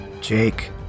Jake